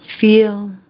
Feel